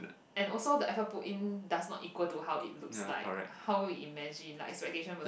and also the effort put in does not equal to how it looks like how it imagine like expectation versus